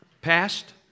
Past